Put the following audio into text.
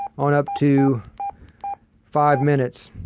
on up to five minutes.